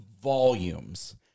volumes